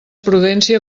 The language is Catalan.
prudència